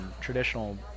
traditional